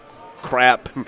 crap